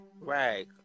Right